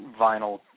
vinyl